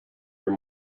your